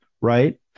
right